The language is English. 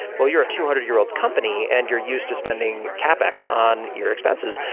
well, you're a two hundred year old company and you're used to spending capex on your expenses.